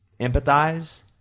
empathize